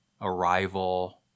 Arrival